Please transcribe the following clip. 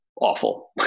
awful